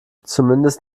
zumindest